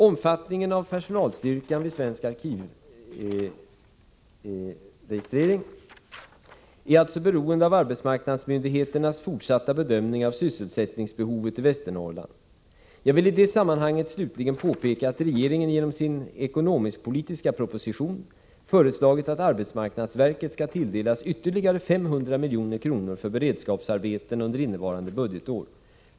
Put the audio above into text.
Omfattningen av personalstyrkan vid SVAR är alltså beroende av arbetsmarknadsmyndigheternas fortsatta bedömning av sysselsättningsbehovet i Västernorrland. Jag vill i detta sammanhang slutligen påpeka att regeringen genom sin ekonomisk-politiska proposition föreslagit att arbetsmarknadsverket skall tilldelas ytterligare 500 milj.kr. för beredskapsarbeten under innevarande budgetår.